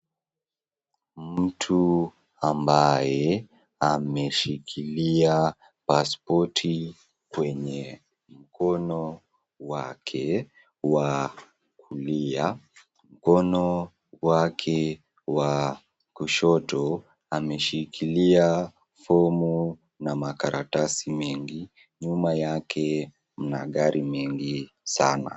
Mtu ambaye ameshikilia passport kwenye mkono wake wa kulia, mkono wake wa kushoto ameshikilia fomu na makaratasi mengi. Nyuma yake mna gari mingi sana.